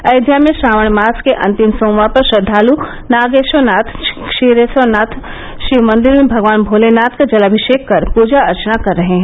अयोध्या में श्रावण मास के अंतिम सोमवार पर श्रद्धालु नागेश्वरनाथ क्षीरेश्वरनाथ शिव मंदिर में भगवान भोलेनाथ का जलाभि ीक कर पूजा अर्चना कर रहे हैं